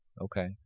Okay